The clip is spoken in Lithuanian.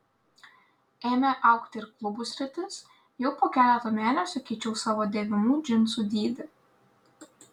ėmė augti ir klubų sritis jau po keleto mėnesių keičiau savo dėvimų džinsų dydį